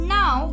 now